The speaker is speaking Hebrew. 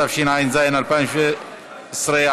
התשע"ז 2017,